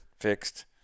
fixed